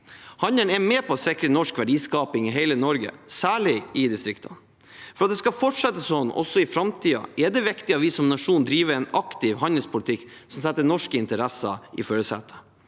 Handelen er med på å sikre norsk verdiskaping i hele Norge, særlig i distriktene. For at det skal fortsette sånn også i framtiden, er det viktig at vi som nasjon driver en aktiv handelspolitikk som setter norske interesser i førersetet.